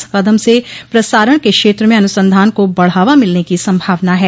इस कदम से प्रसारण के क्षेत्र में अनुसंधान को बढ़ावा मिलने की संभावना है